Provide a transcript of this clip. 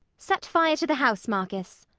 set fire to the house, marcus.